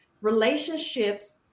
relationships